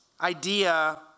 idea